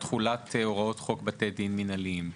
תחולת הוראות חוק בתי דין מינהליים?